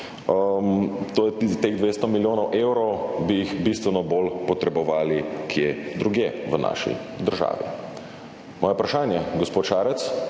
teh 200 milijonov evrov, bi jih bistveno bolj potrebovali kje drugje v naši državi. Moje vprašanje, gospod Šarec,